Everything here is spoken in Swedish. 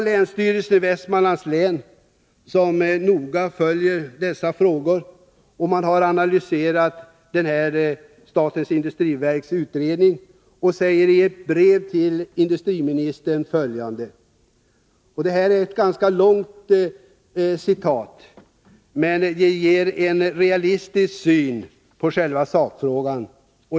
Länsstyrelsen i Västmanlands län — som noga följer dessa frågor och har analyserat SIND-utredningen — har skrivit ett brev till industriministern. Jag har här ett ganska långt citat, men det ger en realistisk syn på själva sakfrågan.